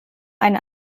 eine